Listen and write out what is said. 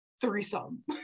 Threesome